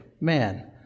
man